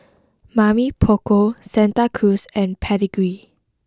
Mamy Poko Santa Cruz and Pedigree